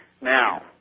Now